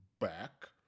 back